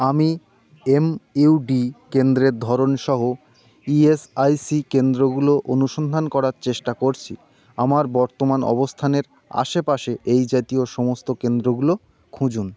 আমি এমইউডি কেন্দ্রের ধরন সহ ইএসআইসি কেন্দ্রগুলো অনুসন্ধান করার চেষ্টা করছি আমার বর্তমান অবস্থানের আশেপাশে এই জাতীয় সমস্ত কেন্দ্রগুলো খুঁজুন